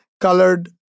colored